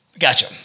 Gotcha